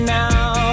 now